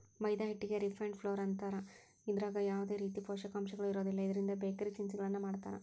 ಮೈದಾ ಹಿಟ್ಟಿಗೆ refined flour ಅಂತಾರ, ಇದ್ರಾಗ ಯಾವದೇ ರೇತಿ ಪೋಷಕಾಂಶಗಳು ಇರೋದಿಲ್ಲ, ಇದ್ರಿಂದ ಬೇಕರಿ ತಿನಿಸಗಳನ್ನ ಮಾಡ್ತಾರ